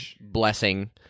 blessing